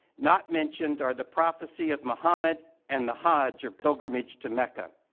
not mentioned are the prophecy of muhammad and the hajj, or pilgrimage, to mecca.